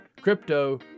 Crypto